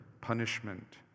punishment